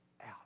out